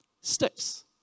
Sticks